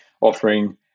offering